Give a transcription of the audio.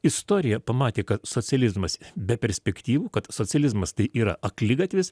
istorija pamatė ka socializmas be perspektyvų kad socializmas tai yra akligatvis